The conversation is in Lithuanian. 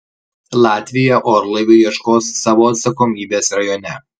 latvija orlaivio ieškos savo atsakomybės rajone